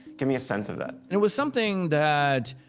give me a sense of that. it was something that.